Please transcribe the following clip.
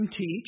teach